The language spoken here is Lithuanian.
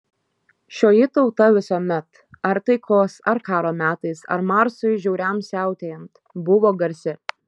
šioji tauta visuomet ar taikos ar karo metais ar marsui žiauriam siautėjant buvo garsi